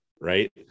right